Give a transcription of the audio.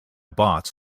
bots